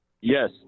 Yes